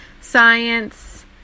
science